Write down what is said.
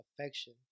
affection